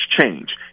change